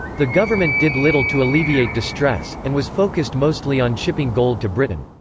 the government did little to alleviate distress, and was focused mostly on shipping gold to britain.